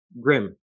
grim